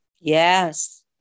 Yes